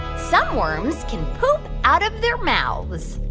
some worms can poop out of their mouths?